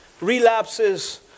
Relapses